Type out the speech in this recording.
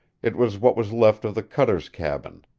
it was what was left of the cutter's cabin,